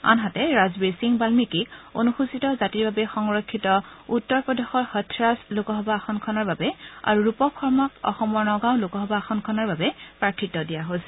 আনহাতে ৰাজবীৰ সিং বান্মিকীক অনুসূচিত জাতিৰ বাবে সংৰক্ষিত উত্তৰ প্ৰদেশৰ হঠৰাজ লোকসভা আসনখনৰ বাবে আৰু ৰূপক শৰ্মাক অসমৰ নগাঁও লোকসভা আসনখনৰ বাবে প্ৰাৰ্থিত্ব দিয়া হৈছে